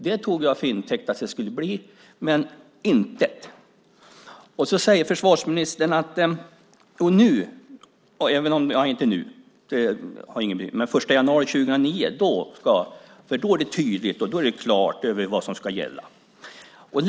Det tog jag till intäkt att det skulle bli, men icke! Nu säger försvarsministern att den 1 januari 2009 är det klart och tydligt vad som ska gälla.